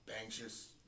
anxious